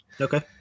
Okay